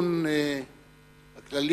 הדיון הכללי.